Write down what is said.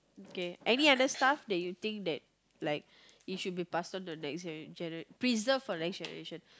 okay any other stuff that you that like it should be passed on to the next like preserved for the next generation